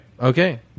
Okay